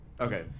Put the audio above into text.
Okay